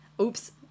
Oops